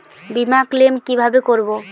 বিমা ক্লেম কিভাবে করব?